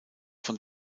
von